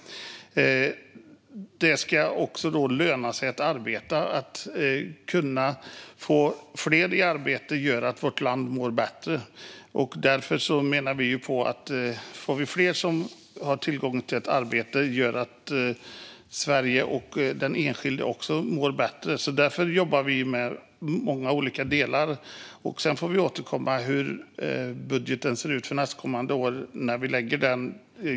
Det ska också löna sig att arbeta. Genom att få fler i arbete mår vårt land bättre. Därför menar vi att om fler har tillgång till arbete mår Sverige och den enskilde bättre. Därför jobbar vi med många olika delar. Sedan får vi återkomma till hur budgeten ser ut för nästkommande år.